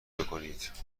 بکنید